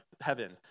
heaven